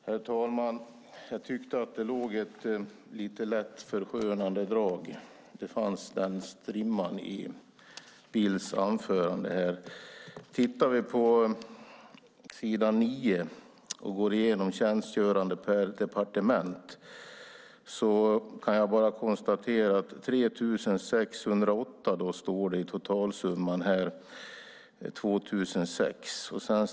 Herr talman! Jag tycker att det fanns en strimma av ett lätt förskönande drag över Bills anförande här. På s. 9 finns en tabell över antalet tjänstgörande per departement. Jag kan konstatera att totalsumman är 3 608 år 2006.